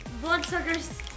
bloodsuckers